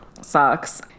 sucks